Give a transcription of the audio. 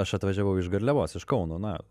aš atvažiavau iš garliavos iš kauno na